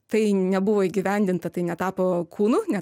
tai nebuvo įgyvendinta tai netapo kūnu ne